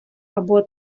або